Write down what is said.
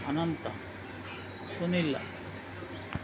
ಅನಂತ ಸುನಿಲ್ಲ